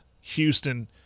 Houston